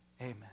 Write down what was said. Amen